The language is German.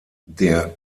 der